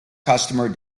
customer